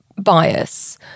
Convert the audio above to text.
bias